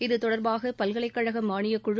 இத்தொடர்பாக பல்கலைக் கழக மானியக்குழு